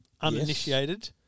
uninitiated